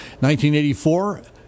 1984